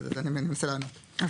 אז אני מנסה לענות.